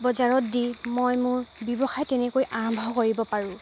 বজাৰত দি মই মোৰ ব্যৱসায় তেনেকৈ আৰম্ভ কৰিব পাৰোঁ